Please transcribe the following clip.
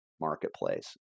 marketplace